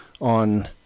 on